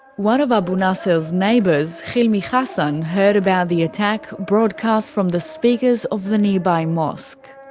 one of abu nasser's neighbours, hilmi hassan heard about the attack broadcast from the speakers of the nearby mosque.